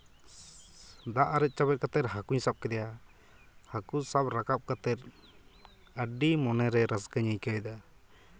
ᱫᱟᱜ ᱟᱨᱮᱡ ᱪᱟᱵᱟ ᱠᱟᱛᱮᱫ ᱦᱟᱹᱠᱩᱧ ᱥᱟᱵ ᱠᱮᱫᱮᱭᱟ ᱦᱟᱹᱠᱩ ᱥᱟᱵ ᱨᱟᱠᱟᱵ ᱠᱟᱛᱮᱫ ᱟᱹᱰᱤ ᱢᱚᱱᱮᱨᱮ ᱨᱟᱹᱥᱠᱟᱹᱧ ᱟᱹᱭᱠᱟᱹᱣᱮᱫᱟ